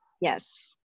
Yes